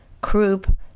croup